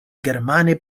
germane